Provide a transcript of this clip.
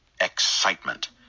excitement